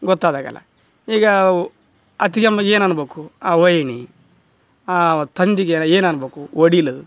ಗೊತ್ತಾದಾಗೆಲ್ಲ ಈಗ ಅತ್ಗೆಮ್ಮಗೆ ಏನು ಅನ್ಬೇಕು ವಯ್ನಿ ತಂದೆಗೆ ಏನು ಅನ್ಬೇಕು ಒಡಿಲ